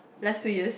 last years